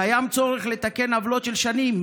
קיים צורך לתקן עוולות של שנים,